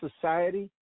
society